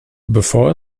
bevor